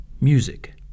Music